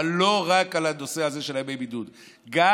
אבל לא רק את הנושא הזה של ימי בידוד גם